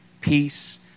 peace